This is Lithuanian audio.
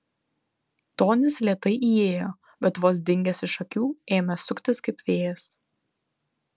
tonis lėtai įėjo bet vos dingęs iš akių ėmė suktis kaip vėjas